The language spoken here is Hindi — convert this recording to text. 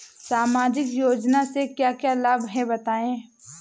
सामाजिक योजना से क्या क्या लाभ हैं बताएँ?